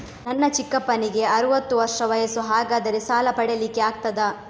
ನನ್ನ ಚಿಕ್ಕಪ್ಪನಿಗೆ ಅರವತ್ತು ವರ್ಷ ವಯಸ್ಸು, ಹಾಗಾದರೆ ಸಾಲ ಪಡೆಲಿಕ್ಕೆ ಆಗ್ತದ?